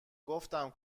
گفتم